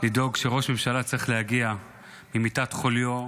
לדאוג שראש ממשלה צריך להגיע ממיטת חוליו.